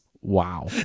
Wow